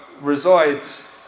resides